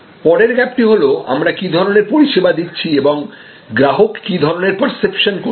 পরের গ্যাপটি হল আমরা কি ধরনের পরিষেবা দিচ্ছি এবং গ্রাহক কি ধরনের পার্সেপশন করছে